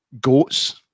goats